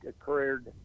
occurred